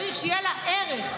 צריך שיהיה לה ערך,